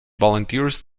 volunteers